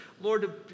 Lord